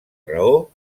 raó